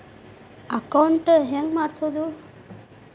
Account ಹೆಂಗ್ ಮಾಡ್ಸೋದು?